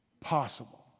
possible